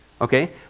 Okay